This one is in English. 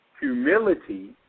Humility